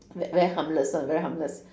ve~ very harmless one very harmless